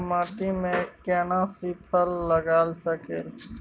बांगर माटी में केना सी फल लगा सकलिए?